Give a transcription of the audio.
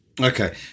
Okay